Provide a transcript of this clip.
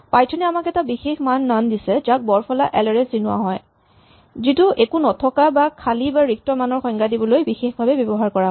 Python এ আমাক এটা বিশেষ মান নন দিছে যাক বৰফলা এল ৰে চিনোৱা যায় যিটো একো নথকা বা খালী বা ৰিক্ত মানৰ সংজ্ঞা দিবলৈ বিশেষভাৱে ব্যৱহাৰ কৰা হয়